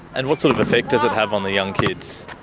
and what sort of effect does it have on the young kids?